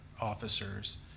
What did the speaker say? officers